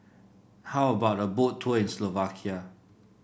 how about a Boat Tour in Slovakia